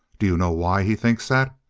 do you know why he thinks that?